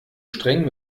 streng